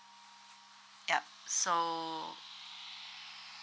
yup so